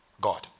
God